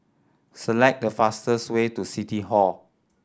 select the fastest way to City Hall